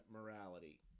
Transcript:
morality